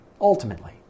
Ultimately